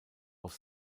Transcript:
auf